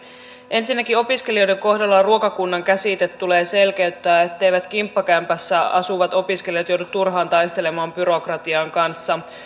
ensinnäkin opiskelijoiden kohdalla ruokakunnan käsite tulee selkeyttää etteivät kimppakämpässä asuvat opiskelijat joudu turhaan taistelemaan byrokratian kanssa